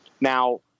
Now